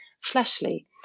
fleshly